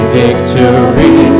victory